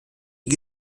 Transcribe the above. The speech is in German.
die